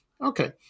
okay